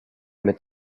mit